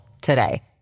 today